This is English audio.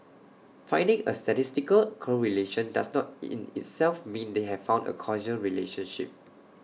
finding A statistical correlation does not in itself mean they have found A causal relationship